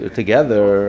together